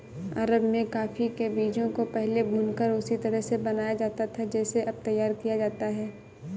अरब में कॉफी के बीजों को पहले भूनकर उसी तरह से बनाया जाता था जैसे अब तैयार किया जाता है